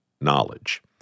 knowledge